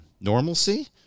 normalcy